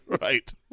Right